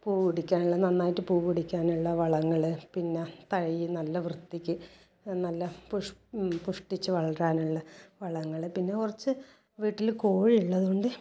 പൂവിടിക്കാനുള്ള നന്നായിട്ട് പൂവിടിക്കാനുള്ള വളങ്ങൾ പിന്നെ തൈ നല്ല വൃത്തിക്ക് നല്ല പുഷ് പുഷ്ടിച്ച് വളരാനുള്ള വളങ്ങൾ പിന്നെ കുറച്ച് വീട്ടിൽ കോഴി ഉള്ളതുകൊണ്ട്